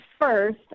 first